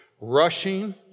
rushing